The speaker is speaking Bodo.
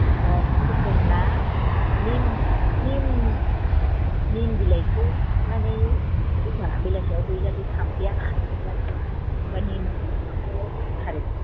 बे निम दंना निम निम निम बिलाइखौ माबानानै दोनबा बे जाहाथे बेलासिआव बै जाहाथे थामफैआ खारो आरो निम बिलाइजों थामफैआ आराम खारो